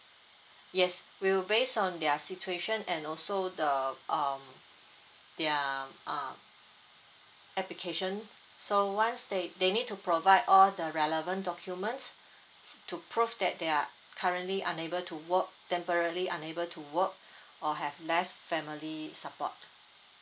yes we'll based on their situation and also the um their uh application so once they they need to provide all the relevant documents to prove that they are currently unable to work temporally unable to work or have less family support